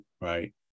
right